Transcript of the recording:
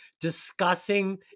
discussing